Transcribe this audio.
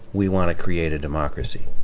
we want to create a democracy.